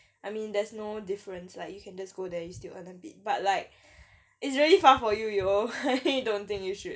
I mean there's no difference like you can just go there you still earn a bit but like it's really far for you yo really don't think you should